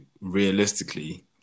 realistically